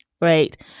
Right